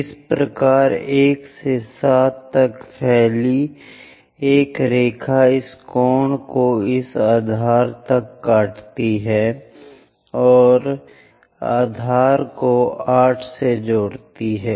इसी प्रकार 1 से 7 तक फैली एक रेखा इस कोण को इस आधार पर काटती है इस आधार को 8 से जोड़ती है